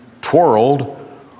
twirled